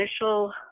initial